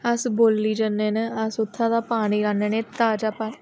अस बोल्ली जन्ने न अस उत्थें दा पानी आह्नने ताज़ा पानी